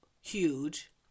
huge